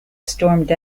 stormed